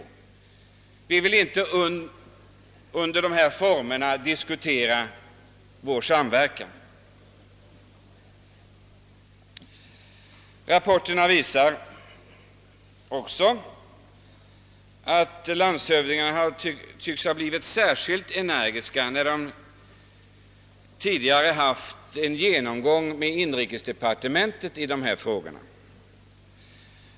Vi vill inte under dessa former diskutera vår samverkan.» Rapporterna visar också att landshövdingar tycks ha blivit särskilt energiska när de tidigare haft en genomgång med inrikesdepartementet i dessa frågor.